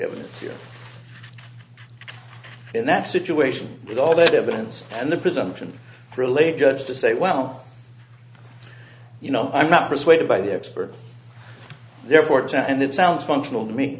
evidence in that situation but all that evidence and the presumption thrill a judge to say well you know i'm not persuaded by the expert therefore it's and it sounds functional to me